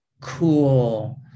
cool